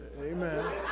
Amen